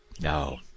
no